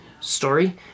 story